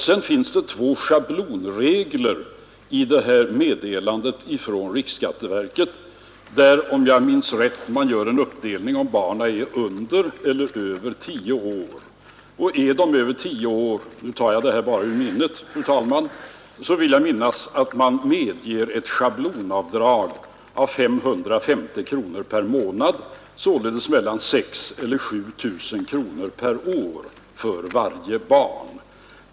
Sedan finns det två schablonregler i det här meddelandet från riksskatteverket, där man — om jag minns rätt — gör en uppdelning efter om barnen är under eller över tio år. Är de över tio år — nu tar jag det här bara ur minnet, fru talman — medger man ett schablonavdrag med 550 kronor per månad, således mellan 6 000 och 7 000 kronor per år, för varje barn.